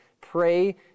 Pray